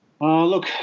Look